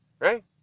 right